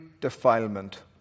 defilement